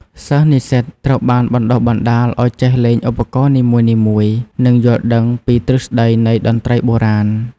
សិស្សនិស្សិតត្រូវបានបណ្ដុះបណ្ដាលឱ្យចេះលេងឧបករណ៍នីមួយៗ និងយល់ដឹងពីទ្រឹស្ដីនៃតន្ត្រីបុរាណ។